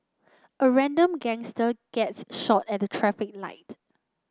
a random gangster gets shot at a traffic light